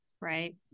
Right